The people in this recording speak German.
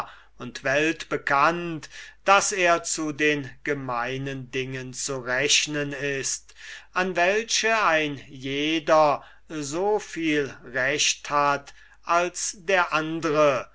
und weltbekannt daß er zu den gemeinen dingen zu rechnen ist an welche ein jeder so viel recht hat als der andre